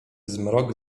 zmrok